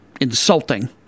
Insulting